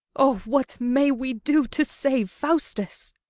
o, what may we do to save faustus?